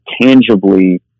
tangibly